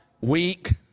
Weak